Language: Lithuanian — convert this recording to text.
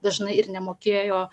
dažnai ir nemokėjo